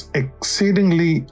exceedingly